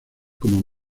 como